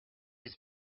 his